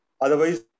otherwise